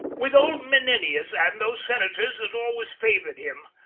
with old menenius, and those senators that always favour'd him.